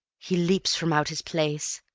he leaps from out his place.